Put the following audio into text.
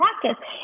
practice